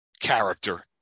character